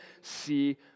see